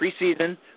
preseason